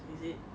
is it